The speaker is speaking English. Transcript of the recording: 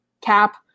cap